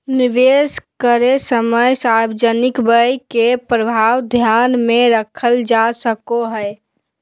निवेश करे समय सार्वजनिक व्यय के प्रभाव ध्यान में रखल जा सको हइ